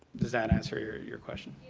does that answer your your question?